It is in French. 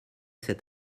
cet